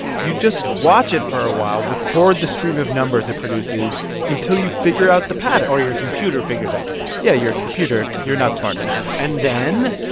you just watch it for a while, record the stream of numbers it produces until you figure out the pattern or your computer figures out the pattern yeah, your computer. you're not smart enough and then?